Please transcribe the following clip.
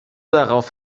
darauf